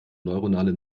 neuronale